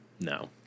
no